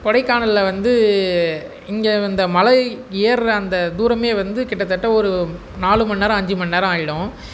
கொடைக்கானலில் வந்து இங்கே இந்த மலை ஏறுகிற அந்த தூரமே வந்து கிட்டத்தட்ட ஒரு நாலு மண் நேரம் அஞ்சு மண் நேரம் ஆயிடும்